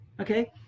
okay